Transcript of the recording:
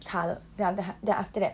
插了 then after that 他 then after that